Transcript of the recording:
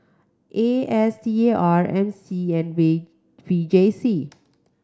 A S T R M C and V V J C